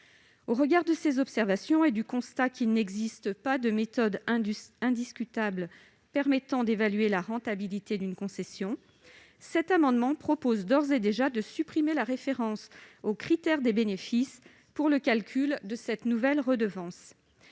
Au regard de ces observations et du constat qu'il n'existe pas de méthode indiscutable permettant d'évaluer la rentabilité d'une concession, nous proposons d'ores et déjà de supprimer la référence au critère des bénéfices pour le calcul de la nouvelle redevance.